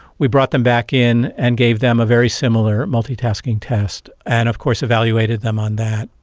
we brought them back in and gave them a very similar multitasking test, and of course evaluated them on that.